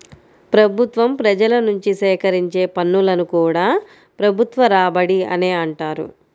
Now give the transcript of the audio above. ప్రభుత్వం ప్రజల నుంచి సేకరించే పన్నులను కూడా ప్రభుత్వ రాబడి అనే అంటారు